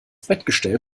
bettgestell